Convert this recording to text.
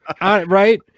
Right